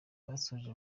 basoje